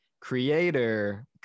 creator